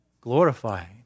glorifying